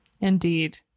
Indeed